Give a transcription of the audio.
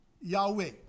Yahweh